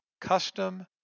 custom